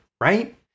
right